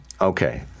Okay